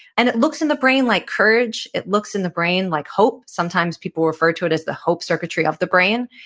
and it looks in the brain like courage. it looks in the brain like hope. sometimes people refer to it as the hope circuitry of the brain,